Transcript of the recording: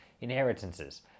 inheritances